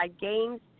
games